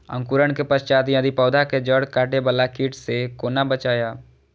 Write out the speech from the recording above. अंकुरण के पश्चात यदि पोधा के जैड़ काटे बाला कीट से कोना बचाया?